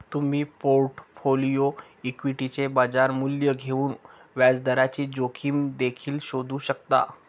तुम्ही पोर्टफोलिओ इक्विटीचे बाजार मूल्य घेऊन व्याजदराची जोखीम देखील शोधू शकता